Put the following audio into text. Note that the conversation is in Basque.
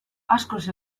askoz